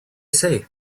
say